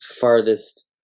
farthest